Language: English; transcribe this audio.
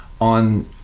on